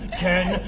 ten,